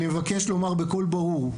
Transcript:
אני מבקש לומר בקול ברור,